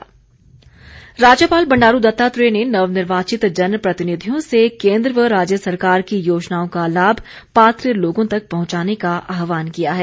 राज्यपाल राज्यपाल बंडारू दत्तात्रेय ने नवनिर्वाचित जन प्रतिनिधियों से केन्द्र व राज्य सरकार की योजनाओं का लाभ पात्र लोगों तक पहुंचाने का आहवान किया है